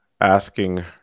asking